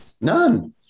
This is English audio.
None